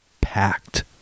packed